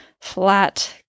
flat